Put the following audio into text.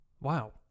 wow